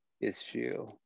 issue